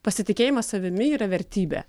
pasitikėjimas savimi yra vertybė